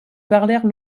parlèrent